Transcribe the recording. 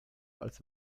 als